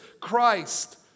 Christ